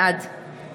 בעד